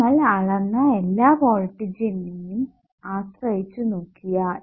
നമ്മൾ അളന്ന എല്ലാ വോൾടേജ്ജിനേയും ആശ്രയിച്ചു നോക്കിയാൽ